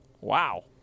Wow